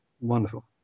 Wonderful